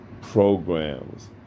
programs